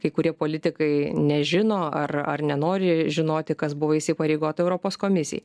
kai kurie politikai nežino ar ar nenori žinoti kas buvo įsipareigota europos komisijai